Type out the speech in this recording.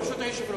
ברשות היושב-ראש,